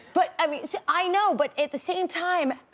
but i mean so i know, but at the same time,